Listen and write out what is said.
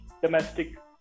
domestic